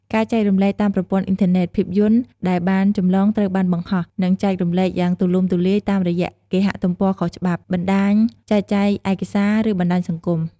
ការចែករំលែកតាមប្រព័ន្ធអ៊ីនធឺណិត ភាពយន្តដែលបានចម្លងត្រូវបានបង្ហោះ និងចែករំលែកយ៉ាងទូលំទូលាយតាមរយៈគេហទំព័រខុសច្បាប់ បណ្តាញចែកចាយឯកសារ ឬបណ្តាញសង្គម។